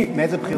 לא, מאיזה בחירות?